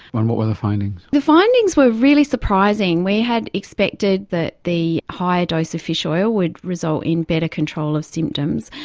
and what were the findings? the findings were really surprising. we had expected that the higher dose of fish oil would result in better control of symptoms,